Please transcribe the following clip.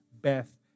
Beth